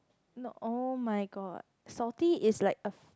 no oh-my-god salty is like a